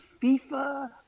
FIFA